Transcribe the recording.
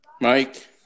Mike